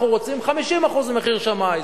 אנחנו רוצים 50% ממחיר שמאי.